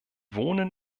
wohnen